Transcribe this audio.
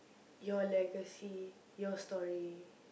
your legacy your story